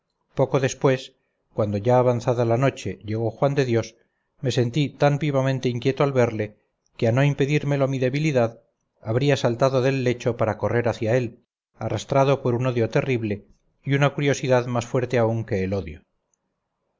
poco después cuando ya avanzada la noche llegó juan dedios me sentí tan vivamente inquieto al verle que a no impedírmelo mi debilidad habría saltado del lecho para correr hacia él arrastrado por un odio terrible y una curiosidad más fuerte aún que el odio